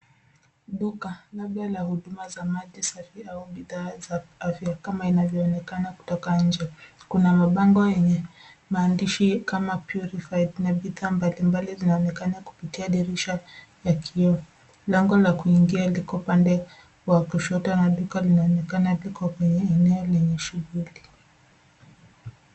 Duka, labda la huduma za maji safi au bidhaa za afya kama inavyoonekana kutoka nje. Kuna mabango yenye maandishi kama, purified, na picha mbalimbali zinaonekana kupitia dirisha ya kioo. Lango la kuingia liko upande wa kushoto na duka linaonekana liko kwenye eneo lenye shughuli.